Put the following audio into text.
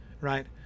right